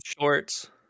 shorts